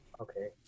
Okay